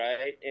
right